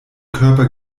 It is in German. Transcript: körper